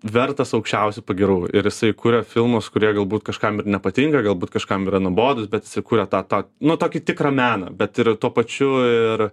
vertas aukščiausių pagyrų ir jisai kuria filmus kurie galbūt kažkam ir nepatinka galbūt kažkam yra nuobodūs bet jisai kuria tą tą nu tokį tikrą meną bet ir tuo pačiu ir